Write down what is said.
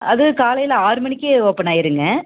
அது காலையில ஆறு மணிக்கே ஓப்பன் ஆயிரும்ங்க